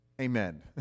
Amen